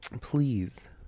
please